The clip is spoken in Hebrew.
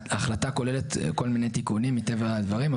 ההחלטה כוללת כל מיני תיקונים מטבע הדברים.